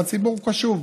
והציבור קשוב.